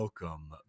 welcome